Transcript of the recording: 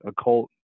occult